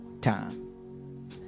time